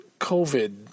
COVID